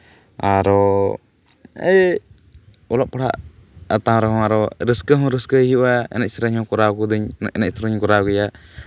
ᱟᱨᱚ ᱮᱭ ᱚᱞᱚᱜ ᱯᱟᱲᱦᱟᱜ ᱟᱛᱟᱝ ᱨᱮᱦᱚᱸ ᱨᱟᱹᱥᱠᱟᱹ ᱦᱚᱸ ᱨᱟᱹᱥᱠᱟᱹᱭ ᱦᱩᱭᱩᱜᱼᱟ ᱮᱱᱮᱡ ᱥᱮᱨᱮᱧ ᱦᱚᱸ ᱠᱚᱨᱟᱣ ᱜᱚᱫᱟᱹᱧ ᱮᱱᱮᱡ ᱥᱮᱨᱮᱧ ᱤᱧ ᱠᱚᱨᱟᱣ ᱜᱮᱭᱟ